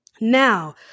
Now